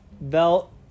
belt